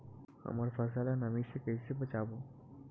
हमर फसल ल नमी से क ई से बचाबो?